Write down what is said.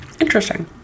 Interesting